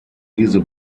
diese